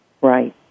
Right